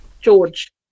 george